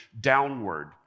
downward